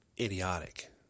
idiotic